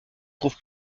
trouve